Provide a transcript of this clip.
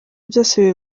byose